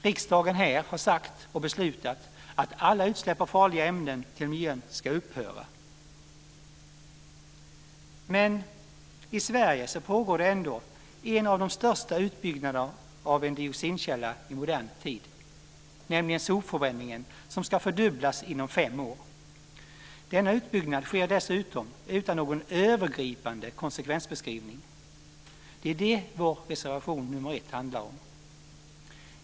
Riksdagen har sagt och beslutat att alla utsläpp av farliga ämnen till miljön ska upphöra. Men i Sverige pågår ändå en av de största utbyggnaderna av en dioxinkälla i modern tid, nämligen sopförbränningen som ska fördubblas inom fem år. Denna utbyggnad sker dessutom utan någon övergripande konsekvensbeskrivning. Det är det som vår reservation nr 1 handlar om.